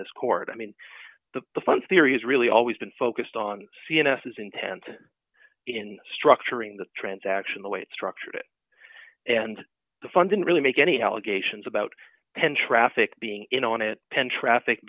this court i mean the fund theory is really always been focused on cns is intent in structuring the transaction the way it's structured it and the funding really make any allegations about ten traffic being in on it ten traffic